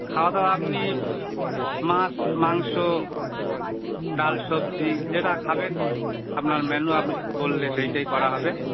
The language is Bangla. খাওয়া দাওয়া আপনি মাছ মাংস ডাল সবজি যেটা খাবেন আপনার মেনু আপনি বললে সেইটাই করা হবে